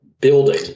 building